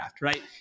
right